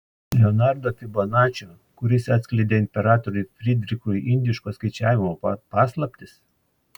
leonardo fibonačio kuris atskleidė imperatoriui frydrichui indiško skaičiavimo paslaptis